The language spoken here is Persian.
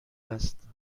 است